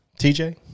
TJ